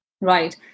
Right